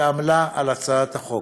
שעמלה על הכנת החוק.